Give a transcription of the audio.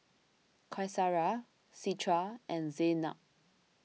Qaisara Citra and Zaynab